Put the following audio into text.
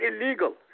illegal